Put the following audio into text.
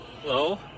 Hello